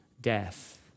death